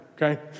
Okay